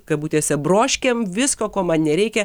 kabutėse broškėm visko ko man nereikia